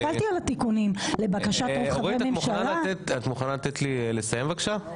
אורית, את מוכנה לתת לי לסיים, בבקשה?